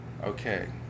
Okay